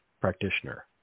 practitioner